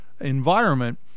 environment